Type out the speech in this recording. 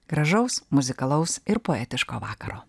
gražaus muzikalaus ir poetiško vakaro